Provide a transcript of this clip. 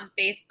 Facebook